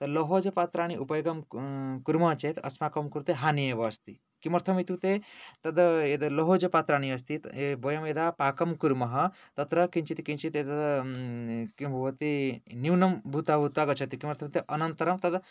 लोहजपात्राणि उपयोगं कुर्मः चेत् अस्माकं कृते हानि एव अस्ति किमर्थम् इत्युक्ते तत् यत् लोहजपात्राणि अस्ति वयं यदा पाकं कुर्मः तत्र किञ्चित् किञ्चित् एतत् किं भवति न्यूनं भूत्त्वा भूत्त्वा गच्छति किमर्थम् इत्युक्ते अनन्तरं